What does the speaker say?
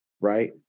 right